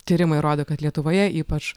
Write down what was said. tyrimai rodo kad lietuvoje ypač